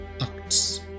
ACTS